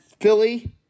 Philly